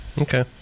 Okay